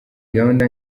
gahunda